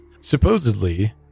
Supposedly